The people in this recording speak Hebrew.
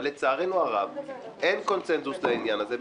אבל לצערנו הרב אין קונצנזוס לעניין הזה,